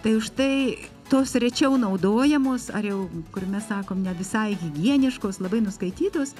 tai už tai tos rečiau naudojamos ar jau kur mes sakom ne visai higieniškos labai nuskaitytos